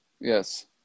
Yes